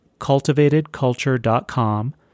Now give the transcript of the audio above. cultivatedculture.com